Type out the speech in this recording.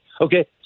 Okay